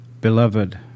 Beloved